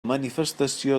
manifestació